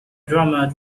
drummer